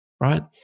right